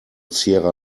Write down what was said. sierra